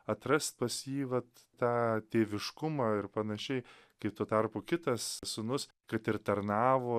atrast pas jį vat tą tėviškumą ir panašiai kai tuo tarpu kitas sūnus kad ir tarnavo